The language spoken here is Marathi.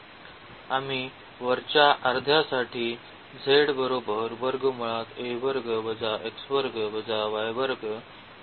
आम्ही वरच्या अर्ध्यासाठी घेऊ